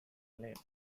name